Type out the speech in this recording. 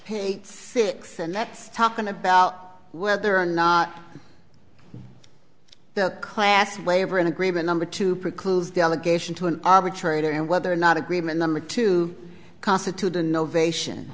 fix and that's talking about whether or not the class waiver in agreement number two precludes delegation to an arbitrator and whether or not agreement number two constitute innovation